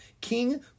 King